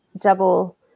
double